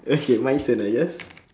okay my turn I guess